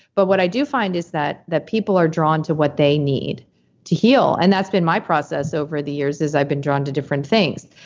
but what i do find is that that people are drawn to what they need to heal. and that's been my process over the years is i've been drawn to different things.